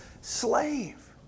slave